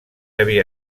havia